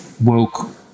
woke